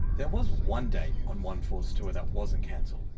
there was one date on onefour's tour that wasn't cancelled.